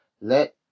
Let